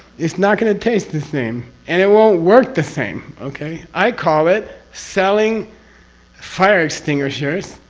it's not going to taste the same, and it won't work the same! okay? i call it. selling fire extinguishers.